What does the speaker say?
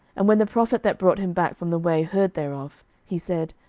and when the prophet that brought him back from the way heard thereof, he said,